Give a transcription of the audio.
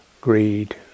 greed